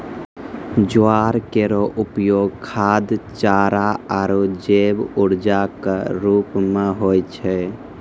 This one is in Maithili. ज्वार केरो उपयोग खाद्य, चारा आरु जैव ऊर्जा क रूप म होय छै